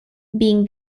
being